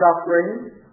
suffering